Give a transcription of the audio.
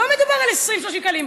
לא מדובר על 20 30 שקלים,